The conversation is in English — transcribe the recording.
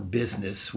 business